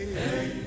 hey